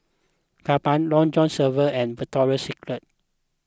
Kappa Long John Silver and Victoria Secret